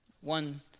One